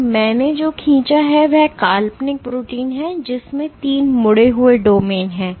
तो मैंने जो खींचा है वह काल्पनिक प्रोटीन है जिसमें तीन मुड़े हुए डोमेन हैं